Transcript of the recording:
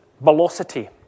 Velocity